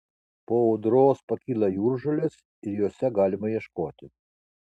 po audros pakyla jūržolės ir jose galima ieškoti